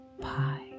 pie